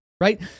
Right